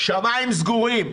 שמיים סגורים.